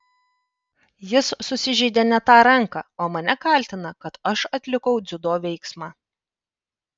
jis susižeidė ne tą ranką o mane kaltina kad aš atlikau dziudo veiksmą